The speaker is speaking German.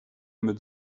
mit